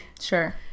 Sure